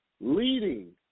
Leading